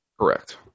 Correct